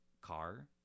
car